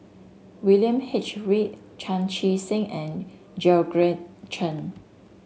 William H Read Chan Chee Seng and Georgette Chen